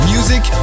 Music